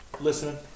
listening